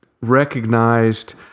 recognized